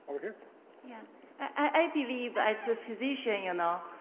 yeah i believe as a physician, you know,